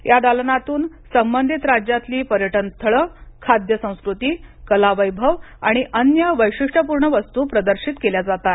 या दालनातून संबंधित राज्यातली पर्यटन स्थळं खाद्य संस्कृती कला वैभव आणि अन्य वैशिष्टपूर्ण वस्तू प्रदर्शित केल्या जातात